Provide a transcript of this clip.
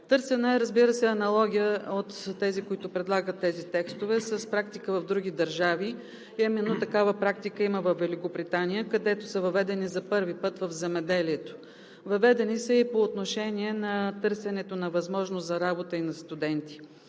Търсена е, разбира се, аналогия от тези, които предлагат тези текстове с практика в други държави. Именно такава практика има във Великобритания, където са въведени за първи път в земеделието. Въведени са и по отношение на търсенето на възможност за работа и на студенти.